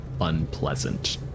unpleasant